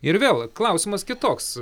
ir vėl klausimas kitoks